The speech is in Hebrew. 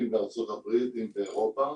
אם בארצות הברית, אם באירופה